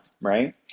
right